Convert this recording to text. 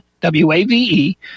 W-A-V-E